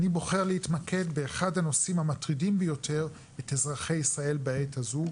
אני בוחר להתמקד באחד הנושאים המטרידים ביותר את אזרחי ישראל בעת הזו,